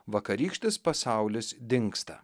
vakarykštis pasaulis dingsta